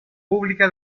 pública